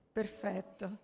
perfetto